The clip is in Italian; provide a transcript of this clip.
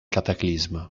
cataclisma